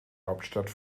hauptstadt